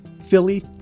Philly